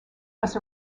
was